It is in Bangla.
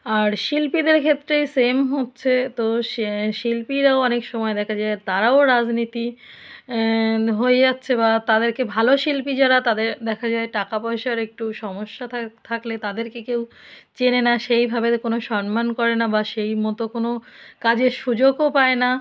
আর শিল্পীদের ক্ষেত্রে সেম হচ্ছে তো সে শিল্পীরাও অনেক সময় দেখা যায় তারাও রাজনীতি হয়ে যাচ্ছে বা তাদেরকে ভালো শিল্পী যারা তাদের দেখা যায় টাকা পয়সার একটু সমস্যা থাক থাকলে তাদেরকে কেউ চেনে না সেইভাবে কোনো সন্মান করে না বা সেইমতো কোনো কাজের সুযোগও পায় না